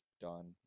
done